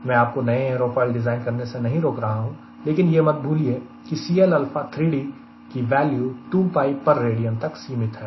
मैं आपको नए एयरोफॉयल डिज़ाइन करने से नहीं रोक रहा हूं लेकिन यह मत भूलिए कि C की वैल्यू 2π per radian तक सीमित है